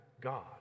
God